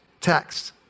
text